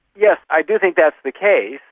yes, i do think that's the case.